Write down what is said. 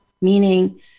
meaning